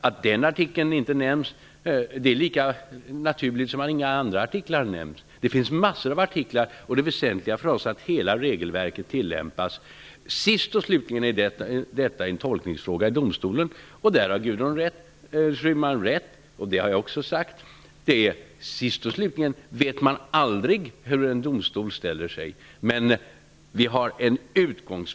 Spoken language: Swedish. Att den artikeln inte nämns är lika naturligt som att inga andra artiklar nämns. Det finns massor av artiklar. Men det väsentliga för oss är att hela regelverket tillämpas. Sist och slutligen är detta en tolkningsfråga i domstolen. Gudrun Schyman har rätt när hon säger att man sist och slutligen aldrig kan veta hur en domstol ställer sig; det har jag också sagt.